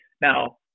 Now